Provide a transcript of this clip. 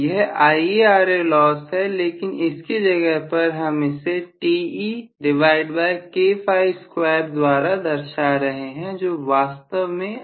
प्रोफेसरयह IaRa last है लेकिन इसकी जगह पर हम इसे द्वारा दर्शा रहे हैं जो वास्तव में है